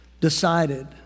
decided